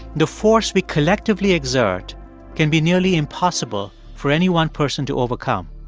the force we collectively exert can be nearly impossible for any one person to overcome.